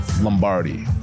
Lombardi